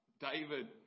David